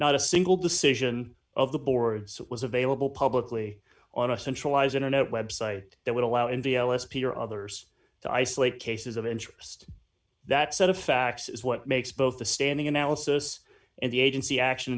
not a single decision of the board so it was available publicly on a centralized internet website that would allow india as peter others to isolate cases of interest that set of facts is what makes both the standing analysis and the agency action